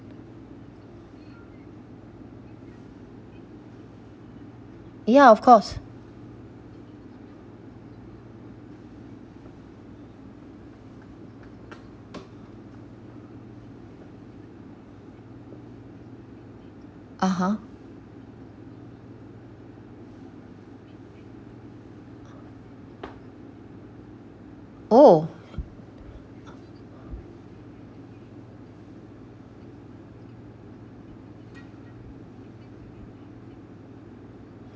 ya of course (uh huh) oh